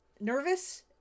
nervous